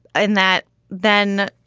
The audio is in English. and that then